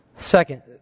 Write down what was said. Second